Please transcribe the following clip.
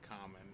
common